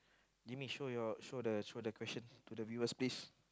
give me show you all show the show the questions to the viewers please